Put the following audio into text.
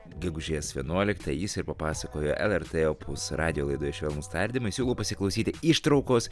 gegužės vienuoliktą jis ir papasakojo lrt opus radijo laidoje švelnūs tardymai siūlau pasiklausyti ištraukos